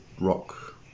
rock